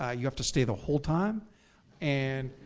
ah you have to stay the whole time and,